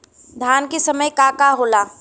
धान के समय का का होला?